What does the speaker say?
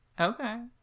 okay